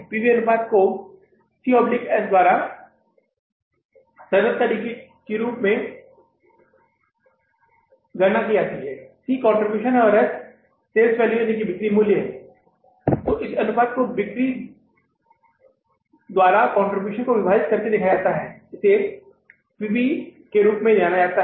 PV अनुपात को CS द्वारा सरल तरीके के रूप में गणना की जा सकती है C कंट्रीब्यूशन है S सेल्स वैल्यूबिक्री मूल्य है और इस अनुपात को बिक्री द्वारा कंट्रीब्यूशन को विभाजित करके देखा जाता है जिसे पीवी के रूप में जाना जाता है